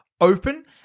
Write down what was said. open